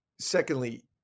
Secondly